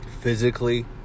physically